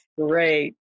great